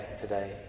today